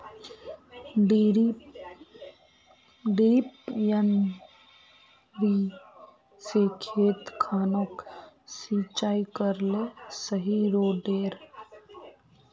डिरिपयंऋ से खेत खानोक सिंचाई करले सही रोडेर?